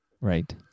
Right